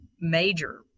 major